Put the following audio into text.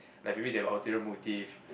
like maybe they got ulterior motive